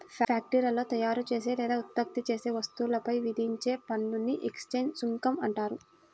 ఫ్యాక్టరీలో తయారుచేసే లేదా ఉత్పత్తి చేసే వస్తువులపై విధించే పన్నుని ఎక్సైజ్ సుంకం అంటారు